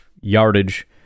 yardage